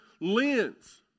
lens